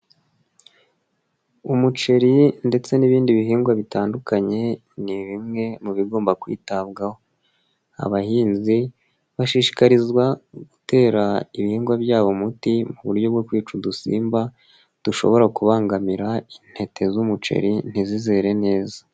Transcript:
Umuceri ndetse n'ibindi bihingwa bitandukanye ni bimwe mu bigomba kwitabwaho, abahinzi bashishikarizwa gutera ibihingwa byabo umuti mu buryo bwo kwica udusimba dushobora kubangamira intete z'umuceri ntizizere neza.